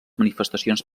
manifestacions